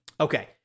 Okay